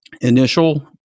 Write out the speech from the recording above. initial